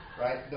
Right